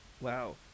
Wow